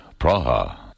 Praha